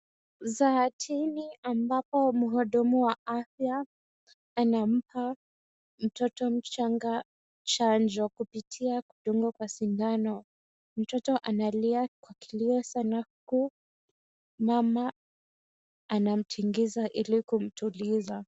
Zahanatini ambapo mhudumu wa afya anampa mtoto mchanga chanjo kupitia kudungwa kwa sindano, mtoto analia kwa kilio sana huku mama anamtingiza ili kumtuliza.